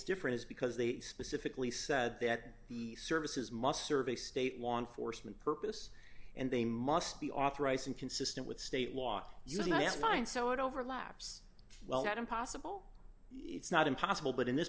different is because they specifically said that the services must serve a state law enforcement purpose and they must be authorized and consistent with state law yes mine so it overlaps well not impossible it's not impossible but in this